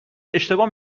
اشتباه